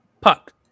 Puck